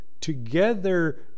Together